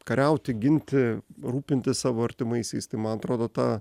kariauti ginti rūpintis savo artimaisiais tai man atrodo ta